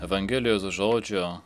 evangelijos žodžio